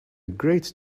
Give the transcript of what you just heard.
great